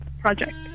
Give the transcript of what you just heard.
project